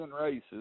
races